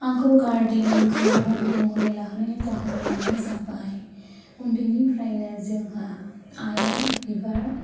आंखौ गार्देनिंखौ हबि महरै लाहोनायनि जाहोनानो जाबाय उन्दैनिफ्रायनो जोंहा आइया बिबार